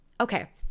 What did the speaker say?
okay